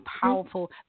powerful